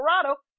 Colorado